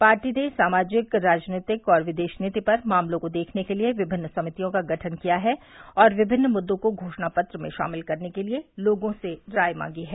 party ने सामाजिक राजनीतिक और विदेश नीति पर मामलों को देखने के लिये विभिन्न समितियों का गठन किया है और विभिन्न मुद्दों को घोषणा पत्र में शामिल करने के लिये लोगों से राय मांगी है